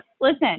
Listen